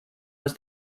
was